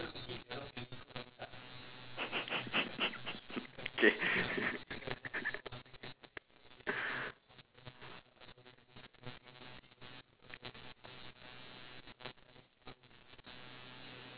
okay